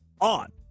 on